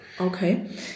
Okay